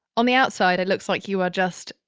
on the outside it looks like you are just,